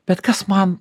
bet kas man